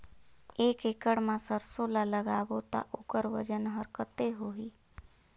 एक एकड़ मा सरसो ला लगाबो ता ओकर वजन हर कते होही?